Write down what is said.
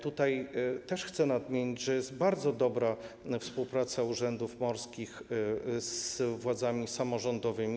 Tutaj też chcę nadmienić, że jest bardzo dobra współpraca urzędów morskich z władzami samorządowymi.